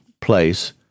place